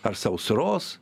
ar sausros